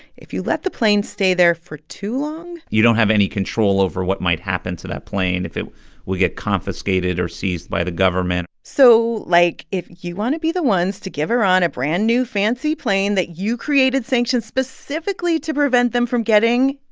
if you let the plane stay there for too long. you don't have any control over what might happen to that plane if it will get confiscated or seized by the government so, like, if you want to be the ones to give iran a brand-new, fancy plane that you created sanctions specifically to prevent them from getting,